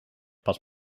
pas